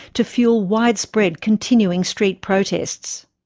to fuel widespread continuing street protests.